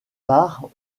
part